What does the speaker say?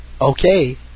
Okay